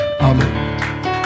Amen